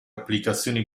applicazioni